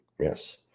Yes